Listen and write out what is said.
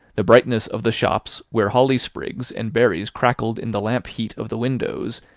the brightness of the shops where holly sprigs and berries crackled in the lamp heat of the windows,